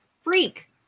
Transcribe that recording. freak